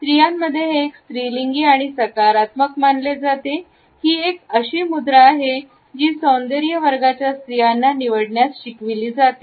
स्त्रियांमध्ये हे एक स्त्रीलिंगी आणि सकारात्मक मानले जाते ही एक अशी मुद्रा आहे जी सौंदर्य वर्गाच्या स्त्रियांना निवडण्यास शिकविली जाते